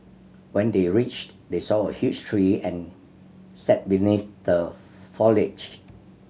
when they reached they saw a huge tree and sat beneath the foliage